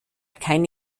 keine